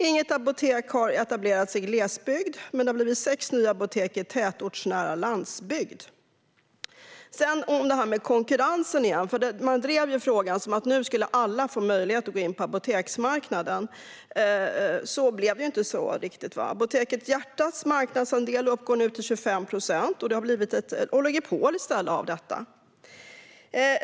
Inget apotek har etablerats i glesbygd, men det har blivit sex nya apotek i tätortsnära landsbygd. Vad gäller konkurrensen drev man frågan som att nu skulle alla få möjlighet att gå in på apoteksmarknaden. Det blev inte riktigt så. Apotek Hjärtats marknadsandel uppgår nu till 25 procent, och det har i stället blivit ett oligopol av detta.